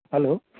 hello